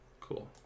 Cool